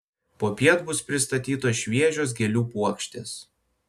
popiet bus pristatytos šviežios gėlių puokštės